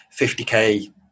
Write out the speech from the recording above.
50k